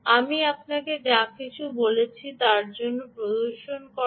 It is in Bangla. আমি আপনাকে যা কিছু করেছি তার একটি প্রদর্শন দেখিয়েছি